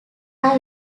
are